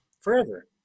forever